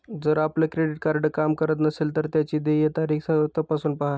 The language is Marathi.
जर आपलं क्रेडिट कार्ड काम करत नसेल तर त्याची देय तारीख तपासून पाहा